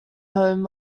home